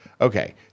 Okay